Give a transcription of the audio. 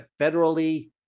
federally